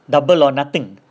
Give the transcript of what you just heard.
double or nothing